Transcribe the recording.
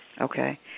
Okay